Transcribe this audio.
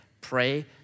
pray